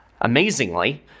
amazingly